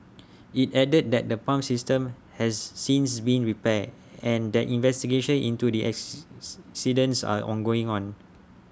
IT added that the pump system has since been repaired and that investigations into the are ongoing on